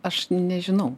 aš nežinau